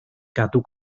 gadw